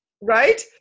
right